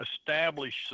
establish